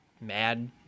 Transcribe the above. mad